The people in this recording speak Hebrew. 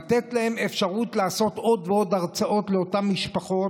לתת להם אפשרות לעשות עוד ועוד הרצאות למשפחות,